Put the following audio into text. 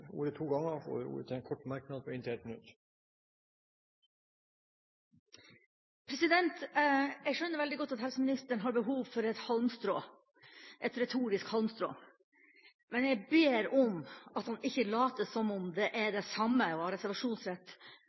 kort merknad, begrenset til 1 minutt. Jeg skjønner veldig godt at helseministeren har behov for et retorisk halmstrå, men jeg ber om at han ikke later som om det er det samme å ha reservasjonsrett